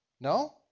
No